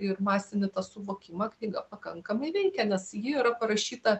ir masinį tą suvokimą knyga pakankamai veikia nes ji yra parašyta